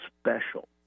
special